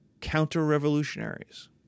counter-revolutionaries